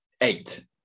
eight